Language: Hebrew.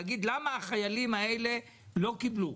להגיד למה החיילים האלה לא קיבלו,